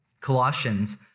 Colossians